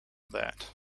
that